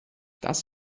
das